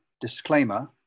disclaimer